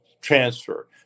transfer